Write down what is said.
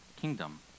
kingdom